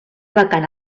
vacant